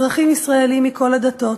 אזרחים ישראלים מכל הדתות,